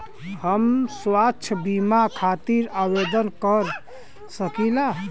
हम स्वास्थ्य बीमा खातिर आवेदन कर सकीला?